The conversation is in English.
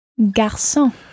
Garçon